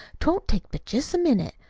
t won't take but jest a minute.